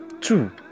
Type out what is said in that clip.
Two